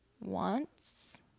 wants